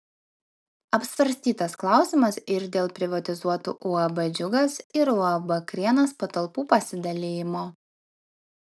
apsvarstytas klausimas ir dėl privatizuotų uab džiugas ir uab krienas patalpų pasidalijimo